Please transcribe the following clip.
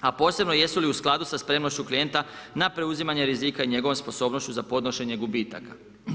a posebno jesu li u skladu sa spremnošću klijenta na preuzimanje rizika i njegovom sposobnošću za podnošenje gubitaka.